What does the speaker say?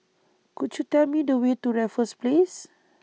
Could YOU Tell Me The Way to Raffles Place